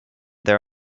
there